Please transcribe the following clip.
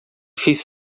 fez